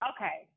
Okay